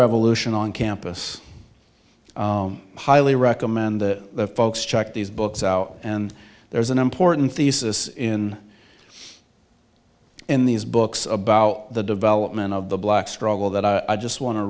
revolution on campus highly recommend the folks check these books out and there is an important thesis in in these books about the development of the black struggle that i just want to